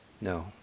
no